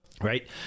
Right